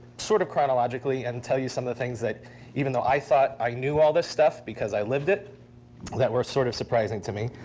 sort of chronologically and and tell you some of the things that even though i thought i knew all this stuff because i lived it that were sort of surprising to me.